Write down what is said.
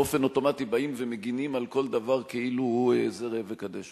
באופן אוטומטי באים ומגינים על כל דבר כאילו כזה ראה וקדש,